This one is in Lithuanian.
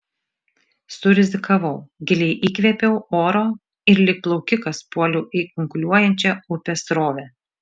surizikavau giliai įkvėpiau oro ir lyg plaukikas puoliau į kunkuliuojančią upės srovę